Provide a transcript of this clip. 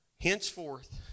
Henceforth